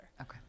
Okay